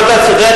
אם אתה צודק,